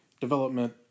development